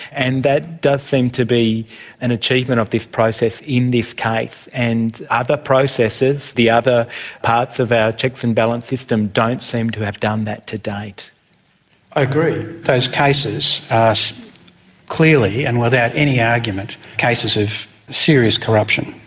and that does seem to be an achievement of this process in this case, and other processes, the other parts of our checks and balance system don't seem to have done that to date. i agree, those cases are clearly and without any argument cases of serious corruption,